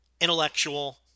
intellectual